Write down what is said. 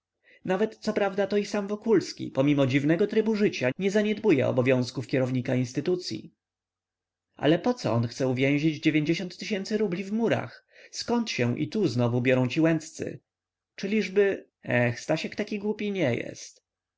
nawet coprawda to i sam wokulski pomimo dziwnego trybu życia nie zaniedbuje obowiązków kierownika instytucyi ale poco on chce uwięzić tysięcy rubli w murach zkąd się i tu znowu biorą ci łęccy czyliżby eh stasiek taki głupi nie jest